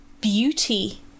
beauty